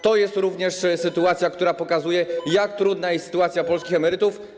To jest również sytuacja, która pokazuje, jak trudna jest sytuacja polskich emerytów.